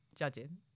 Judging